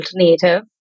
alternative